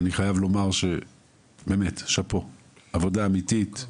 אני חייב לומר באמת שאפו, עבודה אמיתית.